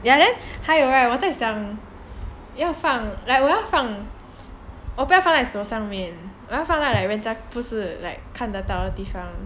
ya then 还有 right 我在想要放我要放我不要放在手上面我要放在人家看不到的地方